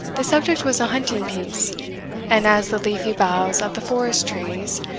the subject was a hunting-piece and as the leafy boughs of the forest-trees,